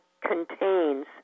contains